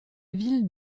ville